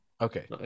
Okay